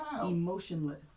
emotionless